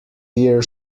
year